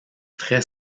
très